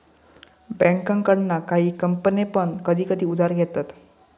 बँकेकडना काही कंपने पण कधी कधी उधार घेतत